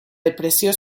depressió